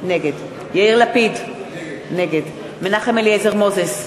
נגד יאיר לפיד, נגד מנחם אליעזר מוזס,